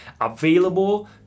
available